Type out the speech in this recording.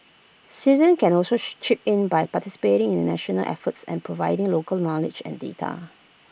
citizen can also chip in by participating in the national effort and providing local knowledge and data